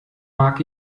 mag